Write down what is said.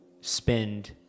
spend